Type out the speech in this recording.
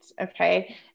Okay